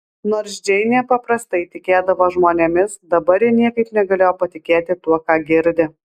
nors džeinė paprastai tikėdavo žmonėmis dabar ji niekaip negalėjo patikėti tuo ką girdi